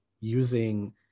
using